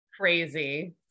crazy